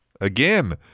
again